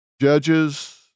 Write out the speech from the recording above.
Judges